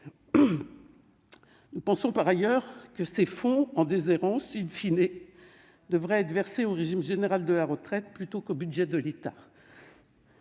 Nous pensons par ailleurs que ces fonds en déshérence devraient,, être versés au régime général des retraites, plutôt qu'au budget de l'État.